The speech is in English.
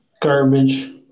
Garbage